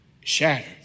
shattered